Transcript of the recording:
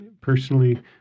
personally